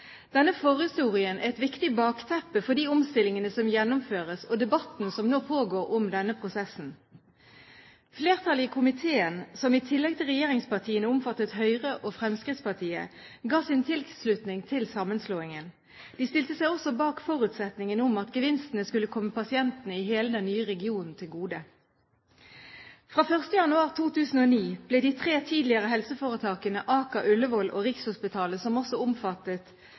Denne forhistorien er et viktig bakteppe for de omstillingene som gjennomføres, og den debatten som nå pågår om denne prosessen. Flertallet i komiteen, som i tillegg til regjeringspartiene omfatter Høyre og Fremskrittspartiet, ga sin tilslutning til sammenslåingen. De stilte seg også bak forutsetningen om at gevinstene skulle komme pasientene i hele den nye regionen til gode. Fra 1. januar 2009 ble de tre tidligere helseforetakene Aker, Ullevål og Rikshospitalet, som også